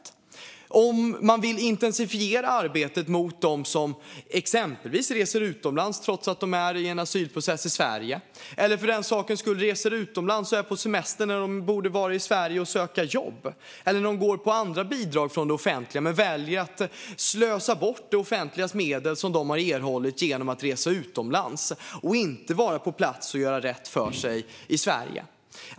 Det handlar om huruvida man vill intensifiera arbetet mot dem som exempelvis reser utomlands trots att de är i en asylprocess i Sverige, eller för den sakens skull dem som reser utomlands och är på semester när de borde vara i Sverige och söka jobb. Eller de som går på andra bidrag från det offentliga men väljer att slösa bort det offentligas medel som de har erhållit genom att åka utomlands och inte vara på plats och göra rätt för sig i Sverige.